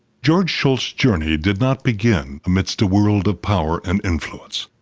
george shultz's journey did not begin amidst a world of power and influence.